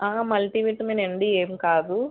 multi విటమినే అండి ఏం కాదు